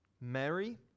Mary